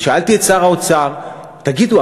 ושאלתי את שר האוצר: תגידו,